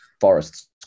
forests